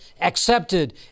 accepted